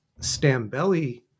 Stambeli